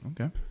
Okay